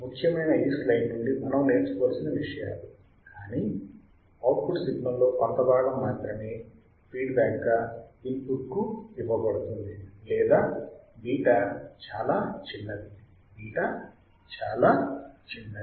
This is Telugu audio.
ముఖ్యమైన ఈ స్లయిడ్ నుండి మనం నేర్చుకోవలసిన విషయాలు కానీ అవుట్పుట్ సిగ్నల్లో కొంత భాగం మాత్రమే ఫీడ్బ్యాక్ గా ఇన్పుట్ కుఇవ్వబడుతుంది లేదా β చాలా చిన్నది β చాలా చిన్నది